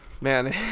Man